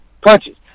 punches